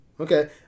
Okay